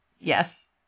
Yes